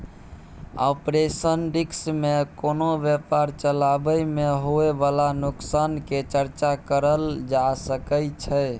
operational risk में कोनो व्यापार चलाबइ में होइ बाला नोकसान के चर्चा करल जा सकइ छइ